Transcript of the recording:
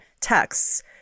texts